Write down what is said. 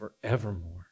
forevermore